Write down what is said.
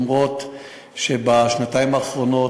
אף שבשנתיים האחרונות,